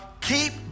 keep